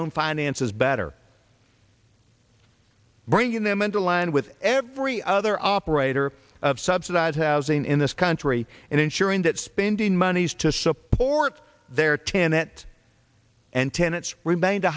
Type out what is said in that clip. own finances better bringing them into line with every other operator of subsidized housing in this country and ensuring that spending money is to support their tenant and tenants remain the